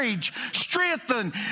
strengthen